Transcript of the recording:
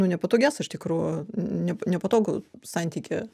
nu nepatogias iš tikrųjų nepa nepatogų santykį